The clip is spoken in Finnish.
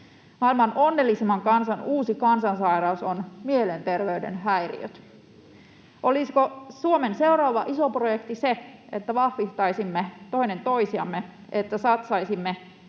Maailman onnellisimman kansan uusi kansansairaus on mielenterveyden häiriöt. Olisiko Suomen seuraava iso projekti se, että vahvistaisimme toinen toisiamme, että satsaisimme